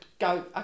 Go